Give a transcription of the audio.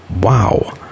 wow